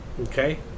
Okay